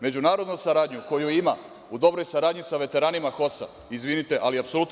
Međunarodnu saradnju koju ima, u dobroj saradnji sa veteranima HOS-a, izvinite, ali apsolutno